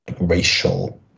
racial